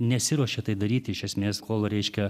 nesiruošė tai daryti iš esmės kol reiškia